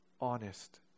honest